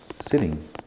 sitting